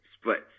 splits